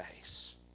face